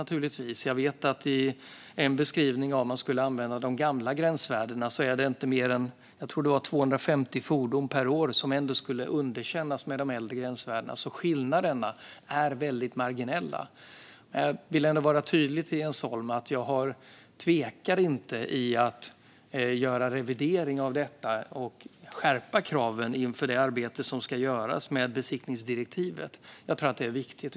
Jag har sett en beskrivning som utgick från att man skulle använda de gamla gränsvärdena. Jag tror att det var 250 fordon per år som skulle ha underkänts med de äldre gränsvärdena. Skillnaderna är alltså marginella. Jag vill ändå vara tydlig gentemot Jens Holm om att jag inte tvekar att göra en revidering av detta och skärpa kraven inför det arbete som ska göras med besiktningsdirektivet. Jag tror att det är viktigt.